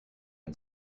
and